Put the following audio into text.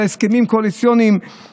על הסכמים קואליציוניים,